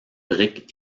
briques